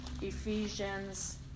Ephesians